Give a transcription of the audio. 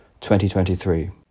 2023